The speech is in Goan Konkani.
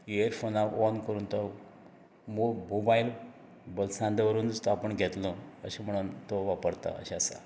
इयरफोनार ऑन करून तो मोबायल बोल्सांत दवरूनच तो आपूण घेतलो अशें म्हणून तो वापरता अशें आसा